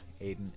Aiden